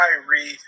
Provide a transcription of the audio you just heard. Kyrie